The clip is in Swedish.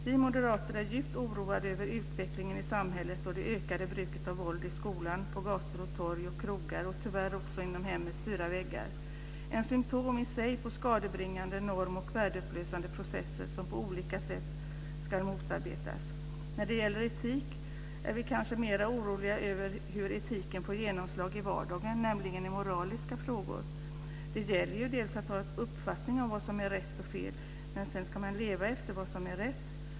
Vi moderater är djupt oroade över utvecklingen i samhället och det ökade bruket av våld i skolan, på gator, torg och krogar och tyvärr också inom hemmets fyra väggar - ett symtom i sig på skadebringande norm och värdeupplösande processer som på olika sätt ska motarbetas. När det gäller etik är vi kanske mer oroliga över hur etiken får genomslag i vardagen, nämligen i moraliska frågor. Det gäller ju dels att ha en uppfattning om vad som är rätt och fel, dels att sedan leva efter vad som är rätt.